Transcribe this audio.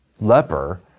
leper